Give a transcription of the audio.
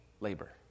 labor